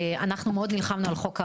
אנחנו מאוד נלחמנו על חוק הרעש,